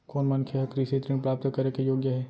कोन मनखे ह कृषि ऋण प्राप्त करे के योग्य हे?